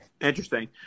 Interesting